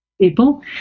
people